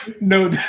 No